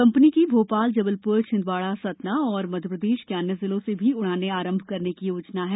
company की भोपाल जबलप्र छिंदवाड़ा सतना और मध्यप्रदेश के अन्य जिलों से भी उड़ानें आरंभ करने की योजना है